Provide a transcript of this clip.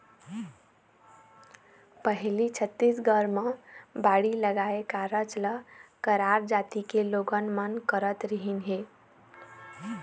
पहिली छत्तीसगढ़ म बाड़ी लगाए कारज ल मरार जाति के लोगन मन करत रिहिन हे